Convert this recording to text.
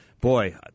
Boy